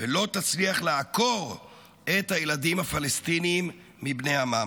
ולא תצליח לעקור את הילדים הפלסטינים מבני עמם.